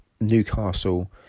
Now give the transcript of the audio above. Newcastle